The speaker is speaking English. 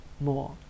more